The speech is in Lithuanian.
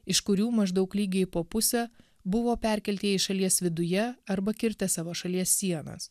iš kurių maždaug lygiai po pusę buvo perkelti į šalies viduje arba kirtę savo šalies sienas